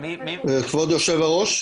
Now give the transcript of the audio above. כבוד היו"ר?